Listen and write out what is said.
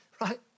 right